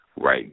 right